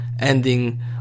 ending